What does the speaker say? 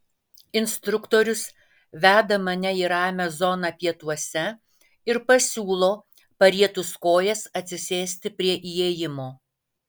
instruktorius veda mane į ramią zoną pietuose ir pasiūlo parietus kojas atsisėsti prie įėjimo